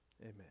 amen